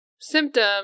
symptoms